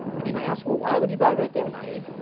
and you might ask well. why would you buy right? they're naive?